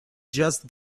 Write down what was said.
just